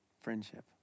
friendship